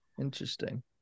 Interesting